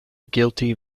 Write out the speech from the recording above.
guilty